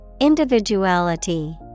Individuality